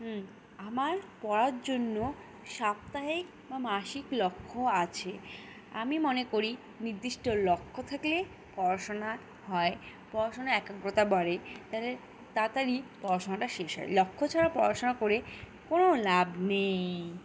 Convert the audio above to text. আমার পড়ার জন্য সাপ্তাহিক বা মাসিক লক্ষ্য আছে আমি মনে করি নির্দিষ্ট লক্ষ্য থাকলে পড়াশোনা হয় পড়াশোনা একাগ্রতা বাড়ে তাদের তাড়াতাড়ি পড়াশোনাটা শেষ হয় লক্ষ্য ছাড়া পড়াশোনা করে কোনো লাভ নেই